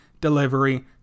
delivery